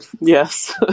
Yes